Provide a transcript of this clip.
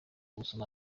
gusoma